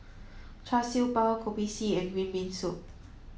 Char Siew Bao Kopi C and green bean soup